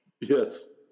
Yes